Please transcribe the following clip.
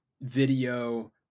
video